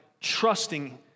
trusting